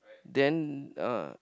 then uh